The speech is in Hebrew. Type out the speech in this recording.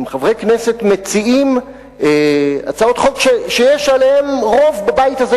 אם חברי כנסת מציעים הצעות חוק שיש עליהן רוב בבית הזה,